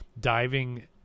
diving